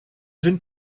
jeune